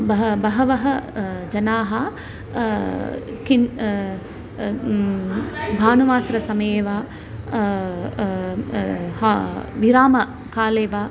बह बहवः जनाः किन् भानुवासरसमये वा हा विरामकाले वा